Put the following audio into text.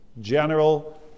general